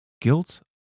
Guilt